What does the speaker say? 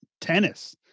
tennis